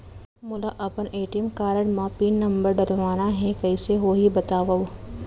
मोला अपन ATM card म पिन नंबर डलवाना हे कइसे होही बतावव?